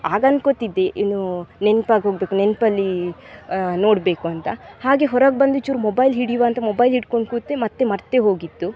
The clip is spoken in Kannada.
ಆಗ ಅಂದ್ಕೋತಿದ್ದೆ ಏನು ನೆನ್ಪಾಗುವಂತದ್ದು ನೆನಪಲ್ಲಿ ನೋಡಬೇಕು ಅಂತ ಹಾಗೇ ಹೊರಗೆ ಬಂದು ಚೂರು ಮೊಬೈಲ್ ಹಿಡಿಯುವ ಅಂತ ಮೊಬೈಲ್ ಹಿಡ್ಕೊಂಡು ಕೂತೆ ಮತ್ತೆ ಮರೆತೆ ಹೋಗಿತ್ತು